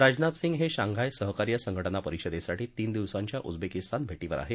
राजनाथ सिंग हे शांघाय सहकार्य संघ जा परिषदेसाठी तीन दिवसांच्या उझबेकीस्तान भे विर आहेत